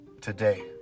today